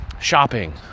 shopping